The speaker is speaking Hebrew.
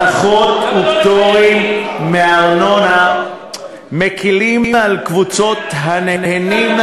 הנחות ופטורים מהארנונה מקלים על קבוצות הנהנים,